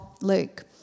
Luke